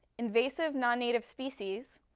invasive non-native species,